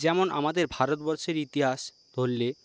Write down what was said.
যেমন আমাদের ভারতবর্ষের ইতিহাস পড়লে